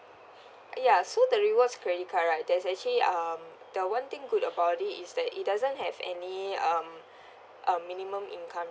ya so the rewards credit card right there's actually um the one thing good about it is that it doesn't have any um um minimum income